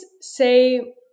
say